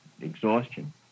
exhaustion